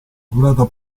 durata